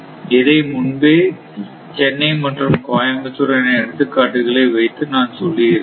இதை முன்பே சென்னை மற்றும் கோயம்புத்தூர் என எடுத்துக்காட்டுகளை வைத்து நான் சொல்லியிருந்தேன்